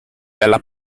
dalla